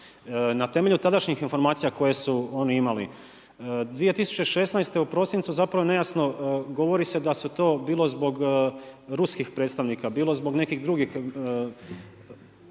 Na temelju tadašnjih informacija koje su oni imali, 2016. u prosincu, zapravo nejasno govori se da su to bilo zbog Ruskih predstavnika, bilo zbog nekih drugih